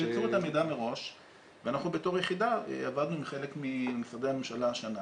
שימסרו את המידע מראש ואנחנו בתור יחידה עבדנו עם חלק ממשרדי הממשלה השנה